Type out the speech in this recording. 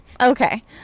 Okay